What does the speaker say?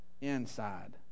inside